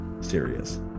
Serious